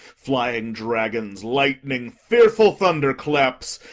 flying dragons, lightning, fearful thunder-claps,